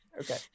Okay